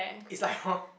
it's like hor